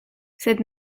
sed